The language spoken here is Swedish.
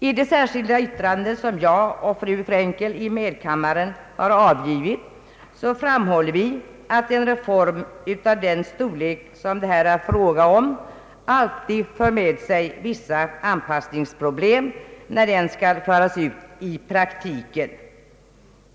I det särskilda yttrande som jag och fru Freenkel i medkammaren har avgivit framhåller vi, att en reform av den storlek som det här är fråga om alltid för med sig vissa anpassningsproblem när den skall föras ut i praktiken.